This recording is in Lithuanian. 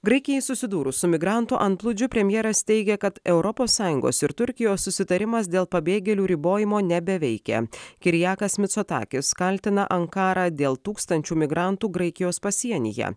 graikijai susidūrus su migrantų antplūdžiu premjeras teigia kad europos sąjungos ir turkijos susitarimas dėl pabėgėlių ribojimo nebeveikia kirijakas micotakis kaltina ankarą dėl tūkstančių migrantų graikijos pasienyje